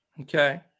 Okay